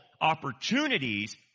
opportunities